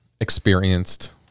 experienced